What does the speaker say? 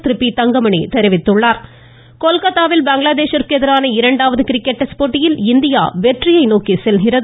ம் ம் ம் ம் ம கிரிக்கெட் கொல்கத்தாவில் பங்களாதேஷ் ற்கு எதிரான இரண்டாவது கிரிக்கெட் டெஸ்ட் போட்டியில் இந்தியா வெந்நியை நோக்கி செல்கிறது